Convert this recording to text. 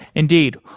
indeed.